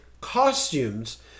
costumes